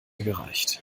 gereicht